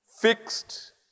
Fixed